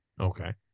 Okay